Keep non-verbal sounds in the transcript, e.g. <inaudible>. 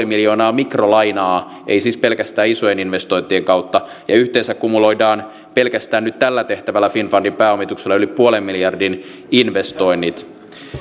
<unintelligible> miljoonaa mikrolainaa ei siis pelkästään isojen investointien kautta ja yhteensä kumuloidaan pelkästään nyt tällä tehtävällä finnfundin pääomituksella yli puolen miljardin investoinnit